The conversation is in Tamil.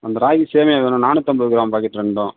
அந்த ராகி சேமியா வேணும் நானூற்றம்பது கிராம் பாக்கெட் ரெண்டும்